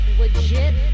Legit